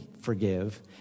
forgive